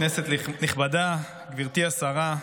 כנסת נכבדה, גברתי השרה,